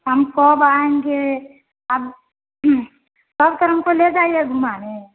हम कब आएंगे अब तब फिर ले जाइएगा हमको घूमाने